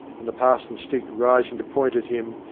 and the parson's stick rising to point at him,